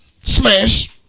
Smash